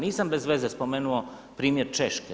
Nisam bezveze spomenuo primjer Češke.